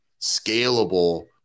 scalable